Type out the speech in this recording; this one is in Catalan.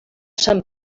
sant